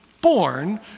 born